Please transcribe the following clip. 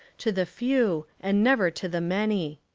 to the few and never to the many.